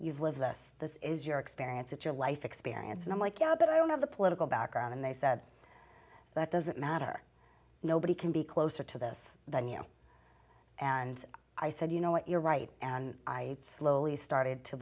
you've lived this this is your experience it's your life experience and i'm like yeah but i don't have the political background and they said that doesn't matter nobody can be closer to this than you and i said you know what you're right and i slowly started to